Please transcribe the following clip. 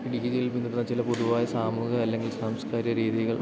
ഇടുക്കി ജില്ലയിൽ പിന്തുടരുന്ന ചില പൊതുവായ സാമൂഹിക അല്ലെങ്കിൽ സാംസ്കാരിക രീതികൾ